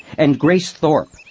and grace thorpe,